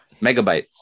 Megabytes